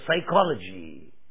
psychology